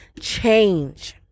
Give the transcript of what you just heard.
Change